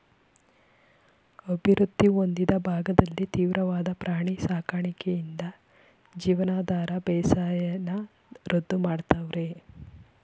ಅಭಿವೃದ್ಧಿ ಹೊಂದಿದ ಭಾಗದಲ್ಲಿ ತೀವ್ರವಾದ ಪ್ರಾಣಿ ಸಾಕಣೆಯಿಂದ ಜೀವನಾಧಾರ ಬೇಸಾಯನ ರದ್ದು ಮಾಡವ್ರೆ